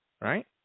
right